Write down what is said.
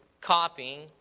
copying